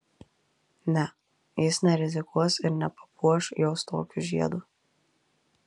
ne jis nerizikuos ir nepapuoš jos tokiu žiedu